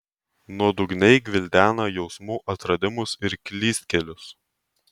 nuodugniai gvildena jausmų atradimus ir klystkelius